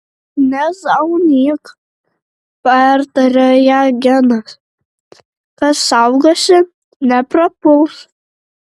nezaunyk pertarė ją genas kas saugosi neprapuls